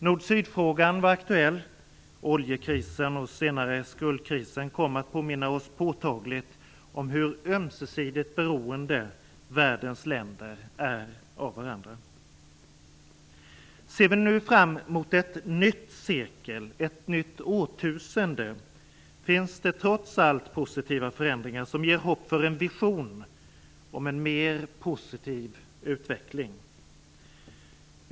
Nord-syd-frågan var aktuell. Oljekrisen, och senare skuldkrisen, kom att påminna oss påtagligt om hur ömsesidigt beroende världens länder är av varandra. Ser vi fram mot ett nytt sekel och ett nytt årtusende finns det trots allt positiva förändringar som ger hopp för en vision om en mer positiv utveckling.